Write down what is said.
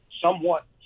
somewhat